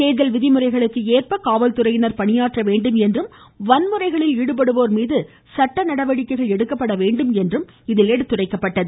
தேர்தல் விதிமுறைகளுக்கு ஏற்ப காவல்துறையினர் பணியாற்ற வேண்டும் என்றும் வன்முறைகளில் ஈடுபடுவோர் மீது சட்டநடவடிக்கைகள் எடுக்கப்பட வேண்டும் என்றும் இதில் எடுத்துரைக்கப்பட்டது